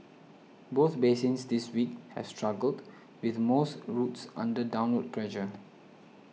both basins this week have struggled with most routes under downward pressure